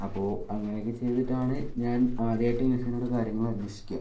അപ്പോൾ അങ്ങനെയൊക്കെ ചെയ്തിട്ടാണ് ഞാൻ ആദ്യമായിട്ട് മെസ്സിനോട് കാര്യങ്ങൾ അന്വേഷിക്കുക